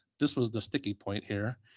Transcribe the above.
this was the sticky point here.